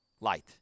light